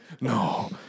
No